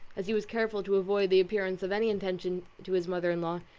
as he was careful to avoid the appearance of any attention to his mother-in-law,